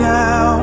now